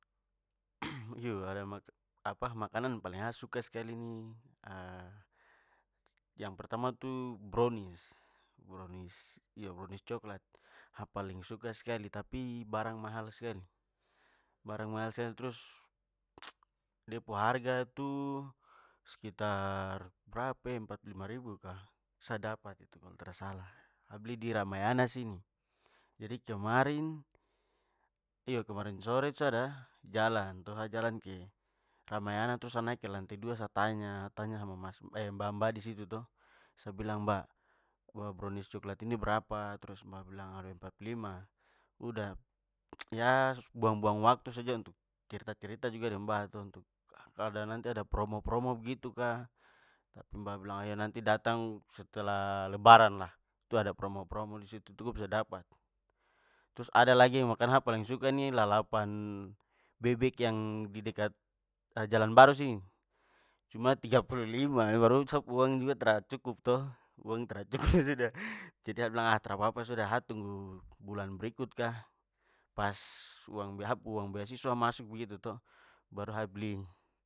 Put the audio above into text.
iyo, ada apa makanan yang sa paling suka skali nih yang pertama tu, brownis. Brownis iyo brownis coklat sa paling suka skali, tapi barang mahal skali! Barang mahal skali trus de pu harga tu sekitar brapa e empat puluh lima ribu ka, sa dapat kalo tra salah, sa beli di ramayana sini. Jadi, kemarin iyo kemarin sore itu sa ada jalan to, sa jalan ke ramayana trus sa naik ke lantai dua, sa tanya sa tanya- sama mas mbak-mbak disitu to, sa bilang mbak brownis coklat ini brapa? Trus mbak bilang aduh empat puluh lima. Udah ya buang-buang waktu saja untuk cerita-cerita juga dengan mbak to, untuk kalo ada nanti ada promo-promo begitu ka, tapi mbak bilang oiyo nanti dating setelah lebaran lah itu ada promo-promo disitu tu ko bisa dapat. Trus ada lagi makanan yang sa paling suka nih, lalapan bebek yang di dekat jalan baru sini, cuma tiga puluh lima baru sa pu uang juga tra cukup to, uang tra cukup sudah jadi sa bilang trapapa sudah, sa tunggu bulan berikut ka, pas uang sa pu uang beasiswa masuk begitu to, baru sa beli.